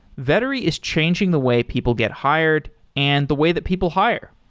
vettery is changing the way people get hired and the way that people hire.